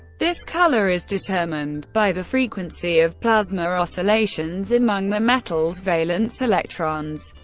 this color is determined by the frequency of plasma oscillations among the metal's valence electrons,